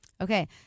Okay